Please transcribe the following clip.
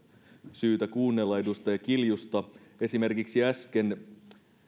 syytä kuunnella edustaja kiljusta esimerkiksi äsken